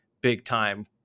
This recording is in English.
big-time